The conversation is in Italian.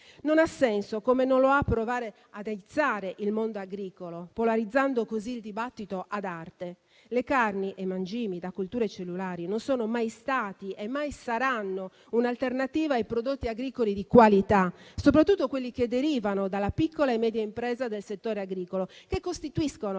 Non ha senso, come non lo ha provare ad aizzare il mondo agricolo, polarizzando così il dibattito ad arte. Le carni e i mangimi da colture cellulari non sono mai stati e mai saranno un'alternativa ai prodotti agricoli di qualità, soprattutto quelli che derivano dalla piccola e media impresa del settore agricolo, che costituiscono la